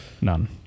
None